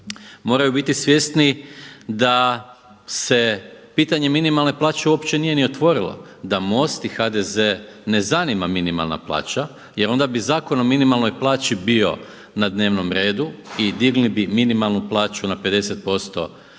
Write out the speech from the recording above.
moraju biti svjesni da se pitanje minimalne plaće uopće nije ni otvorilo. Da MOST i HDZ ne zanima minimalna plaća jer onda bi Zakon o minimalnoj plaći bio na dnevnom redu i digli bi minimalnu plaću na 50% prosječne